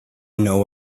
know